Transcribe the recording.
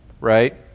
right